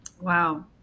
Wow